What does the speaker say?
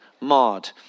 marred